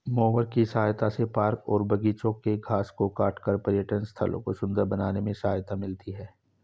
mower की सहायता से पार्क और बागिचों के घास को काटकर पर्यटन स्थलों को सुन्दर बनाने में सहायता मिलती है